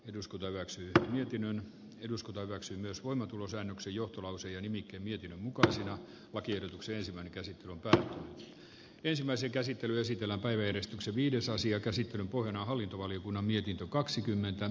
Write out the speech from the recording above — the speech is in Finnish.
eduskunta hyväksyi jokin on eduskunta hyväksyy myös voimaantulosäännöksi juottoloissa ja nimikkevietin mukaisia lakiehdotukseen minkä se alkaa ensimmäisen käsittelyn sisällä päiväjärjestyksen viides asian käsittelyn pohjana hallintovaliokunnan mietintö kaksikymmentä